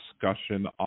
discussion